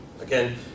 again